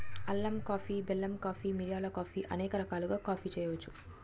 అల్లం కాఫీ బెల్లం కాఫీ మిరియాల కాఫీ అనేక రకాలుగా కాఫీ చేయొచ్చు